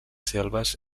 selves